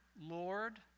Lord